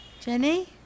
Jenny